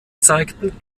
zeigten